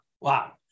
Wow